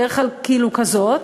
בדרך כלל כאילו כזאת,